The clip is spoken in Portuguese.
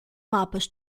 mapas